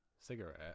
cigarette